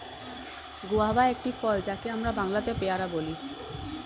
guava একটি ফল যাকে আমরা বাংলাতে পেয়ারা বলি